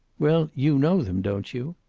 well, you know them, don't you?